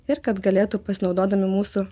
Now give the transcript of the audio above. ir kad galėtų pasinaudodami mūsų